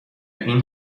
این